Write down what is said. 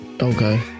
Okay